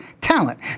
talent